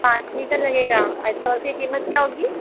पाँच मीटर लगेगा अच्छा उसकी कीमत क्या होगी